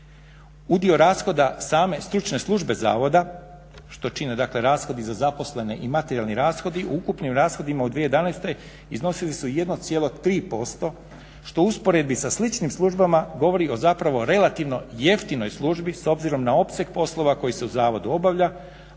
Udio rashoda same Stručne službe zavoda što čini dakle rashodi za zaposlene i materijalni rashodi u ukupnim rashodima u 2011. iznosili su 1,3% što u usporedbi sa sličnim službama govori o zapravo relativno jeftinoj službi s obzirom na opseg poslova koji se u zavodu obavlja,